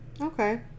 Okay